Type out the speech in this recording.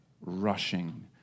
rushing